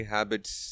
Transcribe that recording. Habits